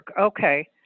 okay